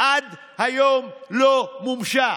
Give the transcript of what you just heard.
עד היום לא מומשה,